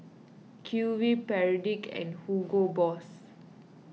Q V Perdix and Hugo Boss